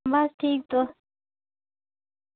बस ठीक तुस